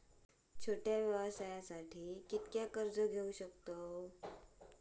छोट्या व्यवसायासाठी किती कर्ज घेऊ शकतव?